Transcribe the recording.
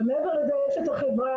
אבל מעבר לזה יש את החברה,